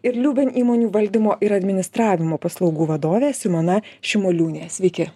ir liuben įmonių valdymo ir administravimo paslaugų vadovė simona šimoliūnė sveiki